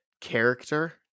character